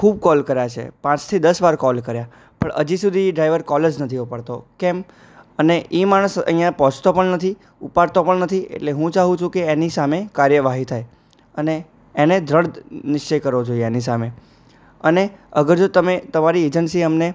ખૂબ કોલ કર્યા છે પાંચ થી દસ વાર કોલ કર્યા પણ હજી સુધી એ ડ્રાઈવર કોલ જ નથી ઉપાડતો કેમ અને એ માણસ અહીંયા પહોંચતો પણ નથી ઉપાડતો પણ નથી એટલે હું ચાહું છું કે એની સામે કાર્યવાહી થાય અને એને દૃઢ નિશ્ચય કરવો જોઈએ એની સામે અને અગર જો તમે તમારી એજન્સી અમને